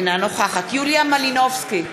אינה נוכחת יוליה מלינובסקי,